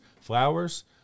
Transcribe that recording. flowers